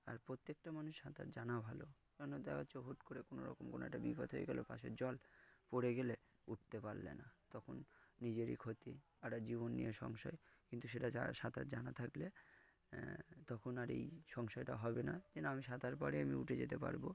আর প্রত্যেকটা মানুষ সাঁতার জানা ভালো কেন দেখা হচ্ছে হুট করে কোনোরকম কোনো একটা বিপদ হয়ে গেল পাশে জল পড়ে গেলে উঠতে পারলে না তখন নিজেরই ক্ষতি আর একটা জীবন নিয়ে সংশয় কিন্তু সেটা যারা সাঁতার জানা থাকলে তখন আর এই সংশয়টা হবে না যে না আমি সাঁতার পারি তাই আমি উঠে যেতে পারব